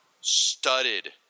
studded